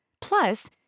Plus